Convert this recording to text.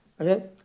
Okay